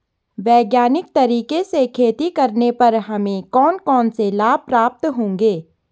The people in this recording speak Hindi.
वैज्ञानिक तरीके से खेती करने पर हमें कौन कौन से लाभ प्राप्त होंगे?